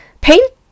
paint